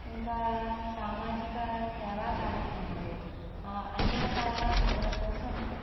ఇంకా సామాజిక సేవా కార్యక్రమాలు అన్నీ మతాల ప్రజల కోసం